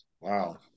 Wow